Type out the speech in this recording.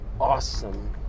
awesome